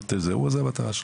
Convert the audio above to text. זאת המטרה שלו".